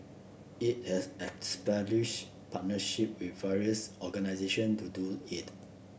it has established partnership with various organisation to do it